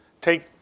take